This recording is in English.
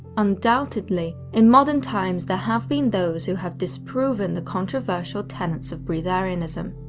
undoubtedly, in modern times there have been those who have disproven the controversial tenets of breatharianism.